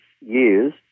years